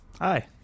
Hi